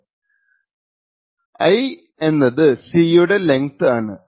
ഇതിൽ l എന്നത് C യുടെ ലെങ്ത് ആണ്